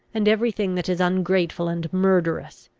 and every thing that is ungrateful and murderous.